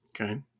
Okay